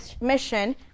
mission